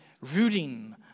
rooting